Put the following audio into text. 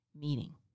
meaning